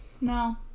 No